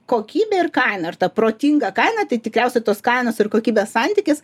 kokybė ir kaina ir ta protinga kaina tai tikriausiai tos kainos ir kokybės santykis